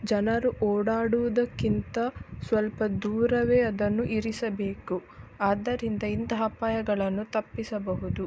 ಜನರು ಓಡಾಡುವುದಕ್ಕಿಂತ ಸ್ವಲ್ಪ ದೂರವೆ ಅದನ್ನು ಇರಿಸಬೇಕು ಆದ್ದರಿಂದ ಇಂತಹ ಅಪಾಯಗಳನ್ನು ತಪ್ಪಿಸಬಹುದು